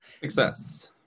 Success